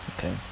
Okay